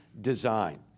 design